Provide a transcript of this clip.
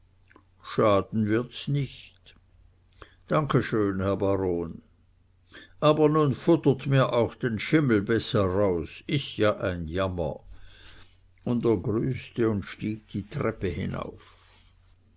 schaden wird's nich danke schön herr baron aber nun futtert mir auch den schimmel besser raus is ja ein jammer und er grüßte und stieg die treppe hinauf